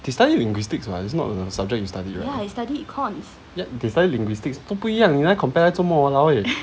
they study linguistics [what] is not a subject you study right ya that's why linguistics 都不一样你来 compared 做么 !walao! eh